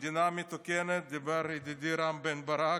במדינה מתוקנת, אמר ידידי רם בן ברק,